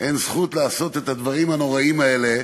אין זכות לעשות את הדברים הנוראיים האלה,